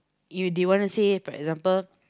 if they wanna say for example